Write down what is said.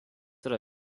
yra